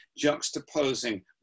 juxtaposing